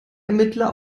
ermittler